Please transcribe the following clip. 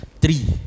three